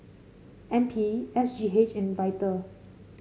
N P S G H and Vital